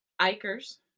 Iker's